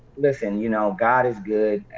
listen, you know, god is good.